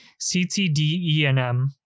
CTDENM